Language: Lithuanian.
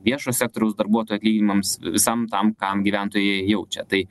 viešo sektoriaus darbuotojų atlyginimams visam tam kam gyventojai jaučia tai